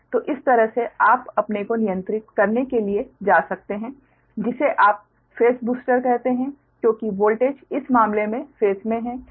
तो इस तरह से आप अपने को नियंत्रित करने के लिए जा सकते हैं जिसे आप फेस बूस्टर कहते हैं क्योंकि वोल्टेज इस मामले में फेस में है